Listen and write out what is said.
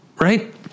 Right